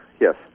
yes